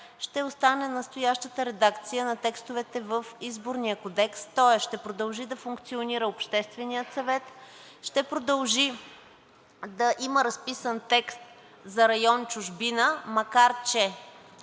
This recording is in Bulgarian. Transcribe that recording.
ще остане настоящата редакция на текстовете в Изборния кодекс. Тоест ще продължи да функционира Общественият съвет, ще продължи да има разписан текст за район „Чужбина“, макар че